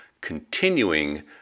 continuing